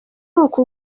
uko